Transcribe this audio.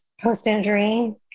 post-injury